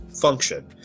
function